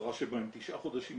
הקצרה שבהם תשעה חודשים,